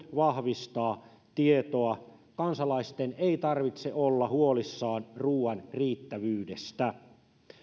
vahvistaa tietoa että kansalaisten ei tarvitse olla huolissaan ruoan riittävyydestä